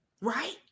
Right